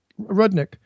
Rudnick